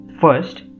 First